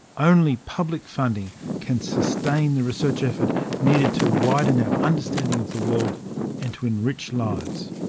only public funding can sustain the research effort needed to widen our understanding of the world and to enrich lives.